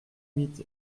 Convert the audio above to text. huit